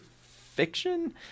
fiction